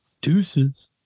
Deuces